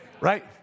Right